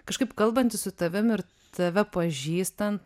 kažkaip kalbantis su tavim ir tave pažįstant